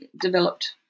developed